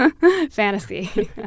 fantasy